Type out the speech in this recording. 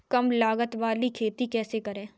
कम लागत वाली खेती कैसे करें?